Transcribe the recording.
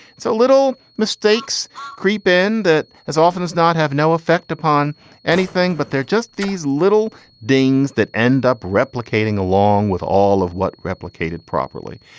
so little mistakes creep in that as often as not have no effect upon anything. but they're just these little dings that end up replicating along with all of what replicated properly,